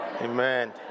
Amen